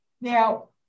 Now